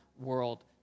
world